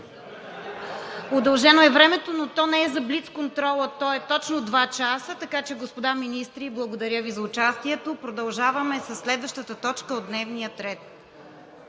Удължено е времето, но то не е за блицконтрола, а той е точно два часа. Така че, господа министри, благодаря Ви за участието. Продължаваме със следващата точка от дневния ред.